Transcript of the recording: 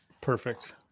Perfect